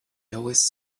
always